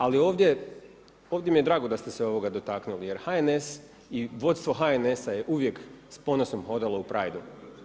Ali ovdje, ovdje mi je drago da ste se ovoga dotaknuli jer HNS i vodstvo HNS-a je uvijek s ponosom hodala u prideu.